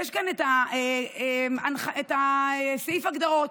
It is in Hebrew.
יש כאן את סעיף ההגדרות.